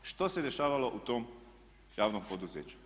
Što se dešavalo u tom javnom poduzeću?